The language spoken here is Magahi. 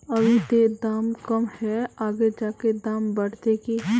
अभी ते दाम कम है आगे जाके दाम बढ़ते की?